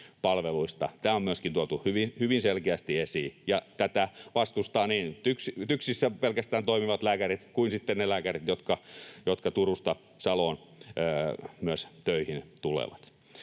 Tämä on myöskin tuotu hyvin selkeästi esiin. Tätä vastustavat niin pelkästään TYKSissä toimivat lääkärit kuin sitten ne lääkärit, jotka Turusta Saloon myös töihin tulevat.